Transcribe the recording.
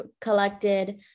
collected